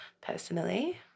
personally